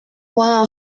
one